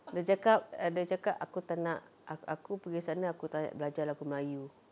dia cakap uh dia cakap aku tak nak a~ aku pergi sana aku tak nak belajar lagu melayu